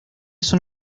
son